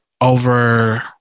over